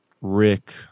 Rick